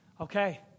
Okay